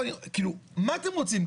כאילו מה אתם רוצים?